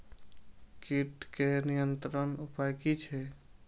कीटके नियंत्रण उपाय कि छै?